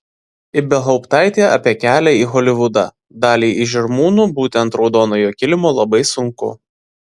ibelhauptaitė apie kelią į holivudą daliai iš žirmūnų būti ant raudonojo kilimo labai sunku